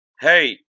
Hey